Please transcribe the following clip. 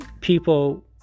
People